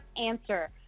answer